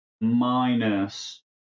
minus